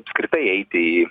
apskritai eiti į